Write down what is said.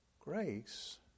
grace